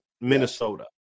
Minnesota